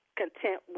content